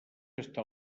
està